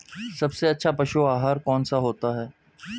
सबसे अच्छा पशु आहार कौन सा होता है?